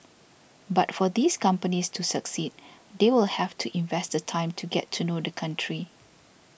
but for these companies to succeed they will have to invest the time to get to know the country